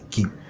Keep